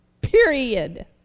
Period